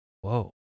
Whoa